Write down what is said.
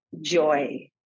joy